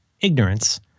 ignorance